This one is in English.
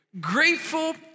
grateful